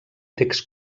text